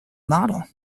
model